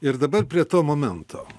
ir dabar prie to momento